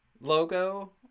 logo